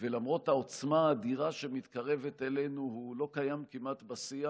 ולמרות העוצמה האדירה שמתקרבת אלינו הוא לא קיים כמעט בשיח,